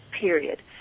period